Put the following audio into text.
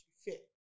fit